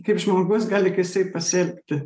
kaip žmogus gali kaip jisai pasielgti